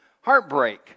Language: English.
Heartbreak